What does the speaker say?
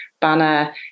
banner